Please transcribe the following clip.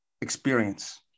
experience